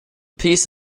piece